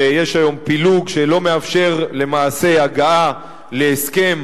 ויש היום פילוג שלא מאפשר למעשה הגעה להסכם